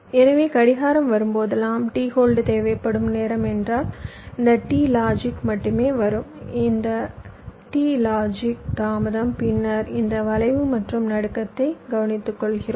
எனவே கடிகாரம் வரும்போதெல்லாம் t ஹோல்ட் தேவைப்படும் நேரம் என்றால் இந்த t லாஜிக் மட்டுமே வரும் இது t லாஜிக் தாமதம் பின்னர் இந்த வளைவு மற்றும் நடுக்கத்தை கவனித்துக்கொள்கிறோம்